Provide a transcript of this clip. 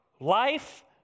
life